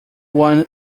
won